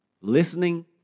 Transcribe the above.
listening